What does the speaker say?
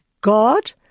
God